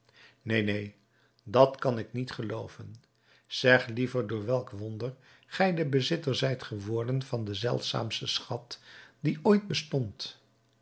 neen neen dat kan ik niet gelooven zeg liever door welk wonder gij de bezitter zijt geworden van de zeldzaamste schat die ooit bestond